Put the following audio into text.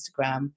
Instagram